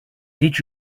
did